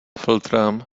filtrem